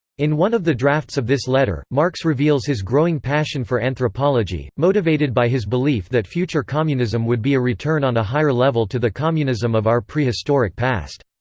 in one of the drafts of this letter, marx reveals his growing passion for anthropology, motivated by his belief that future communism would be a return on a higher level to the communism of our prehistoric past.